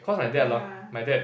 ya